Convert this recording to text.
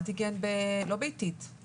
אנטיגן לא ביתית,